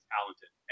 talented